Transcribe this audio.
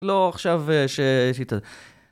לא עכשיו ש...